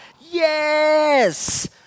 yes